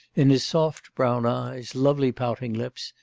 in his soft brown eyes, lovely pouting lips,